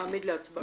מעמיד להצבעה.